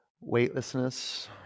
Weightlessness